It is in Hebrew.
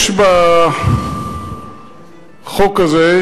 יש בחוק הזה,